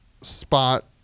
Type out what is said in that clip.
spot